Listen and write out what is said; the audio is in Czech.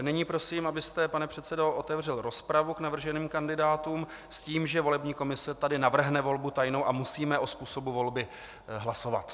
Nyní prosím, abyste, pane předsedo, otevřel rozpravu k navrženým kandidátům s tím, že volební komise tady navrhne volbu tajnou, a musíme o způsobu volby hlasovat.